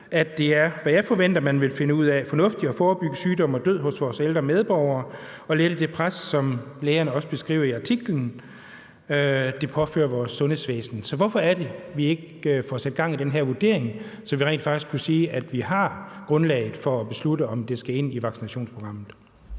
– hvilket jeg forventer at man vil finde ud af – at forebygge sygdom og død hos vores ældre medborgere og lette det pres, som lægerne også beskriver i artiklen at det påfører vores sundhedsvæsen? Hvorfor er det, at vi ikke får sat gang i den her vurdering, så vi rent faktisk kunne sige, at vi har grundlaget for at beslutte, om det skal ind i vaccinationsprogrammet?